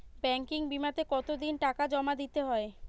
Banking বিমাতে কত দিন টাকা জমা দিতে হয়?